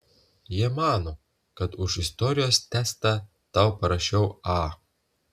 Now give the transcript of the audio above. jie mano kad už istorijos testą tau parašiau a